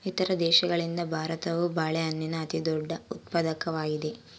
ಇತರ ದೇಶಗಳಿಗಿಂತ ಭಾರತವು ಬಾಳೆಹಣ್ಣಿನ ಅತಿದೊಡ್ಡ ಉತ್ಪಾದಕವಾಗಿದೆ